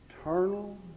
eternal